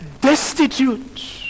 destitute